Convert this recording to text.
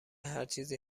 هرچیزی